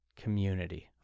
community